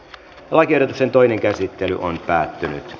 lakiehdotuksen toinen käsittely on päättynyt